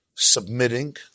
Submitting